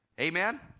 Amen